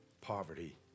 poverty